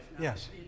Yes